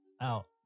out